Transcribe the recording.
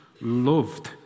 loved